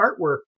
artwork